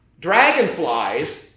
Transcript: dragonflies